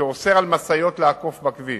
שאוסר על משאיות לעקוף בכביש,